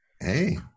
Hey